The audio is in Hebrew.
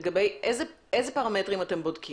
איזה פרמטרים אתם בודקים?